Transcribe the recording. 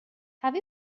have